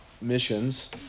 missions